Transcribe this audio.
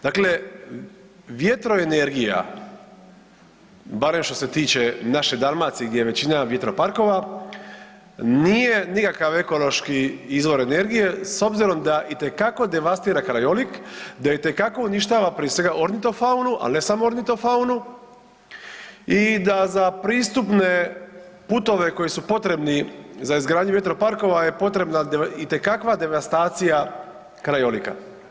Dakle, vjetroenergija, barem što se tiče naše Dalmacije gdje je većina vjetroparkova, nije nikakav ekološki izvor energije s obzirom da itekako devastira krajolik, da itekako uništava prije svega ornitofaunu, ali ne samo ornitofaunu i da za pristupne putove koji su potrebni za izgradnju vjetroparkova je potrebna itekakva devastacija krajolika.